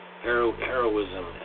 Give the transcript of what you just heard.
heroism